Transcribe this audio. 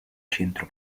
centro